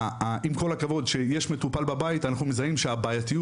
שעם כל הכבוד שיש מטופל בבית אנחנו מזהים שהבעייתיות